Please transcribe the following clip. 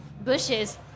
bushes